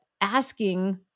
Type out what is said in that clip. asking